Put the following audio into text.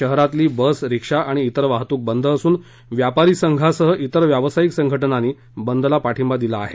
शहरातली bus rickshaw आणि इतर वाहतूक बद असून व्यापारी संघासह इतर व्यावसायिक संघटनांनी बदला पाठिंबा दिला आहे